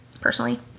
personally